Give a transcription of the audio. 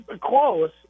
close